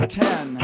ten